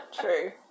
True